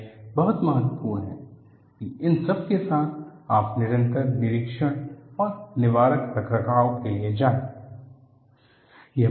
यह बहुत महत्वपूर्ण है की इन सब के साथ आप निरंतर निरीक्षण और निवारक रखरखाव के लिए जाएं